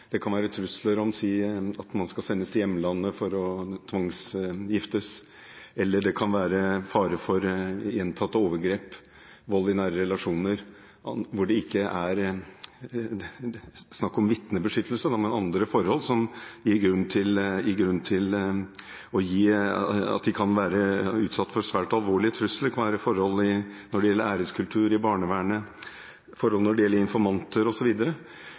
det kan være trusler mot – at man skal sendes til hjemlandet for å tvangsgiftes, at det kan være fare for gjentatte overgrep, vold i nære relasjoner, hvor det ikke er snakk om vitnebeskyttelse, men andre forhold som gir grunn til at man kan være utsatt for svært alvorlige trusler. Det kan være forhold når det gjelder æreskultur i barnevernssaker, forhold når det gjelder informanter